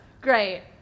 Great